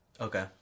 Okay